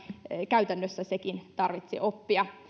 käytännössä sekin tarvitsi oppia